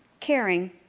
caring.